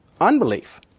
Unbelief